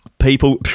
People